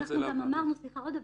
דבר נוסף, את אמרת שיש לצבא טלגרם,